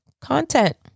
content